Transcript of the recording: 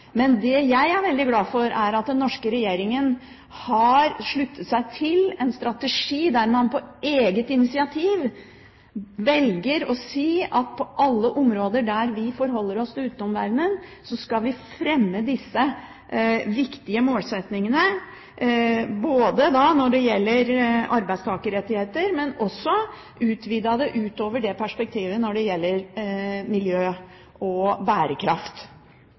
Men det jeg er veldig glad for, er at den norske regjeringen har sluttet seg til en strategi der man på eget initiativ velger å si at på alle områder der vi forholder oss til utenverdenen, skal vi fremme disse viktige målsettingene, ikke bare når det gjelder arbeidstakerrettigheter, men også å utvide det utover det perspektivet når det gjelder miljø og bærekraft.